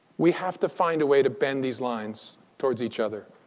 we have to find a way to bend these lines towards each other.